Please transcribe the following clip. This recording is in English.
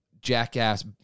jackass